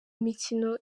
mikino